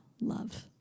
love